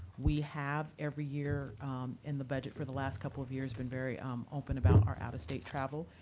we have every year in the budget for the last couple of years been very um open about our out-of-state travel.